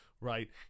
right